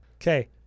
Okay